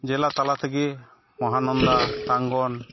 ᱡᱮᱞᱟ ᱛᱟᱞᱟᱛᱮᱜᱮ ᱢᱚᱦᱟᱱᱚᱱᱫᱟ ᱴᱟᱝᱜᱚᱱ